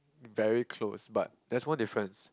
very close but that's one difference